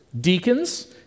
deacons